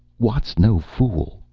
watt's no fool,